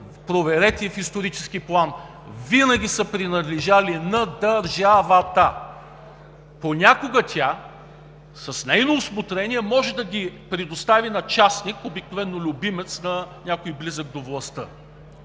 проверете в исторически план, винаги са принадлежали на дър-жа-ва-та! Понякога тя, с нейно усмотрение, може да ги предостави на частник, обикновено любимец на някой близък до властта.